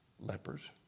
Lepers